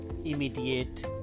immediate